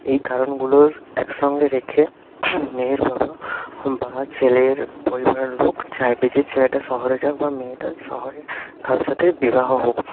এই কারণগুলো একসঙ্গে রেখে মেয়ের বাবা বা ছেলের পরিবারের লোক চাইবে যে ছেলেটা শহরে যাক বা মেয়েটার শহরে কারো সাথে বিবাহ হোক